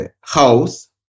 house